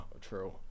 true